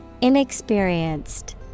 Inexperienced